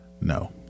No